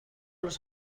los